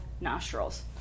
nostrils